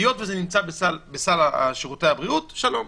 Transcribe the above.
היות שזה נמצא בסל שירותי הבריאות שלום.